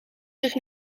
zich